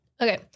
Okay